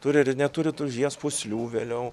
turi ir neturi tulžies pūslių vėliau